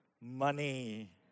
Money